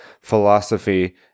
philosophy